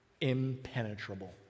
impenetrable